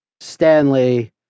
Stanley